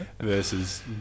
versus